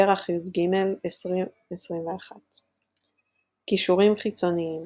כרך יג', 2021. קישורים חיצוניים